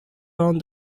around